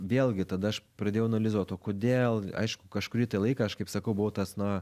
vėlgi tada aš pradėjau analizuot o kodėl aišku kažkurį tai laiką aš kaip sakau buvau tas na